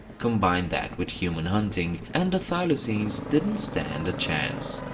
combine that with human hunting, and the thylacines didn't stand a chance.